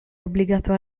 obbligato